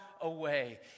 away